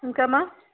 ఇంకామా